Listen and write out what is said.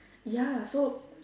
ya so